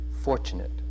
fortunate